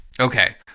okay